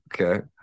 Okay